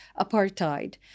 apartheid